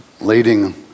leading